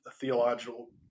theological